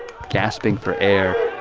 gasping for air,